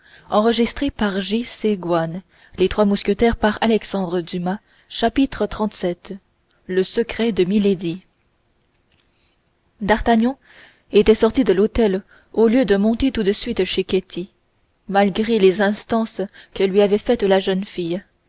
xxxvii le secret de milady d'artagnan était sorti de l'hôtel au lieu de monter tout de suite chez ketty malgré les instances que lui avait faites la jeune fille